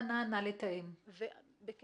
כמו שאמר המנכ"ל ישראל, והוא ידידי הטוב, אנחנו